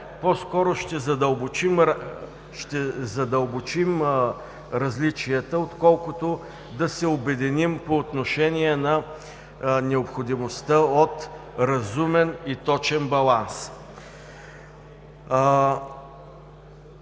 по-скоро ще задълбочим различията, отколкото да се обединим по отношение на необходимостта от разумен и точен баланс.